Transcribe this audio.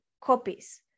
copies